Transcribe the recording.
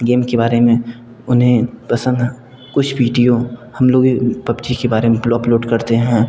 game के बारे में उन्हें पसंद कुछ वीडियो हम लोग पब्जी के बारे में अपलोड